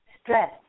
stress